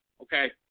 okay